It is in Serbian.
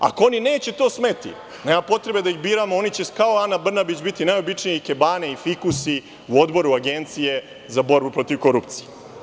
Ako oni neće to smeti, nema potrebe da ih biramo, oni će kao Ana Brnabić biti najobičnije ikebane i fikusi u Odboru Agencije za borbu protiv korupcije.